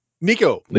Nico